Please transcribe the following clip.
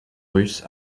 russe